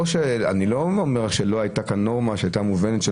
אני לא אומר שלא הייתה כאן נורמה שהייתה מובנת,